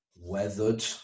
weathered